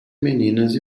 meninas